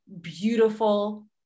beautiful